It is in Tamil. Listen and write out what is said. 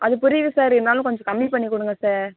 அது புரியுது சார் இருந்தாலும் கொஞ்சம் கம்மிப் பண்ணி கொடுங்க சார்